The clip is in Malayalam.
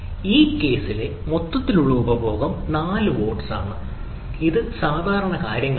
ഈ കേസിലെ മൊത്തത്തിലുള്ള ഉപഭോഗം 4 വാട്ട്സ് ആണ് ഇത് സാധാരണ കാര്യങ്ങൾ നോക്കുന്നു